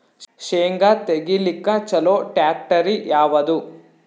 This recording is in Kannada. ಶೇಂಗಾ ತೆಗಿಲಿಕ್ಕ ಚಲೋ ಟ್ಯಾಕ್ಟರಿ ಯಾವಾದು?